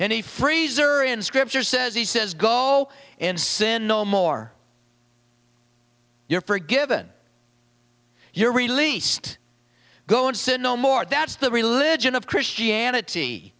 a freezer in scripture says he says go and sin no more you're forgiven you're released go and sin no more that's the religion of christianity